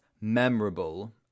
memorable